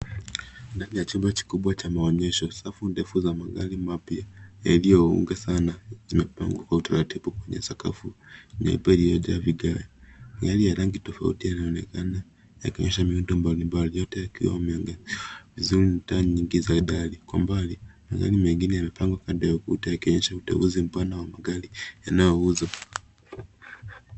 Ndani ya chumba chikubwa cha maonyesho, safu ndefu za magari mapya yaliyoungana zimepangwa kwa utaratibu kwenye sakafu yenye imeja vigae. Gari ya rangi tofauti yanaonekana yakionyesha miundo mbalimbali yote yakiwa yameangazwa vizuri na taa nyingi za dari. Kwa mbali, magari mengine yamepangwa kando ya ukuta yakionyesha utofauti mpana wa magari yanayouzwa.